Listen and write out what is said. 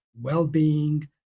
well-being